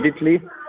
immediately